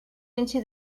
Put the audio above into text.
into